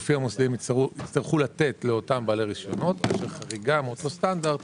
שהגופים המוסדיים יצטרכו לתת לאותם בעלי רישיונות שחריגה מאותו סטנדרט